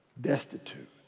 destitute